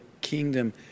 kingdom